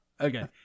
Okay